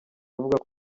avuga